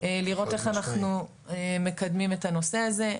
לראות איך אנחנו מקדמים את הנושא הזה.